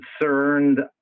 concerned